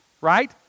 right